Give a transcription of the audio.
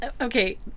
okay